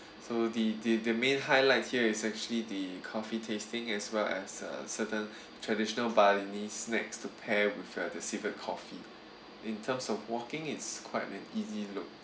so the the the main highlights here is actually the coffee tasting as well as uh certain traditional balinese snacks to pair with uh the civet coffee in terms of walking it's quite an easy look